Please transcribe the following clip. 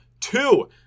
two